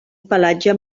pelatge